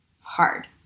hard